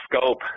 scope